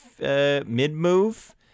mid-move